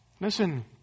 Listen